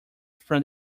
from